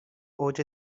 اوج